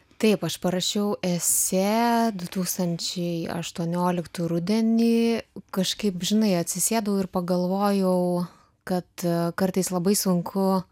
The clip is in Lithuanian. taip aš parašiau esė du tūkstančiai aštuonioliktų rudenį kažkaip žinai atsisėdau ir pagalvojau kad kartais labai sunku